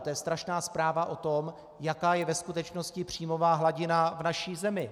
To je strašná zpráva o tom, jaká je ve skutečnosti příjmová hladina v naší zemi.